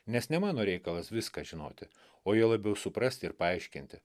nes ne mano reikalas viską žinoti o juo labiau suprasti ir paaiškinti